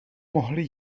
mohli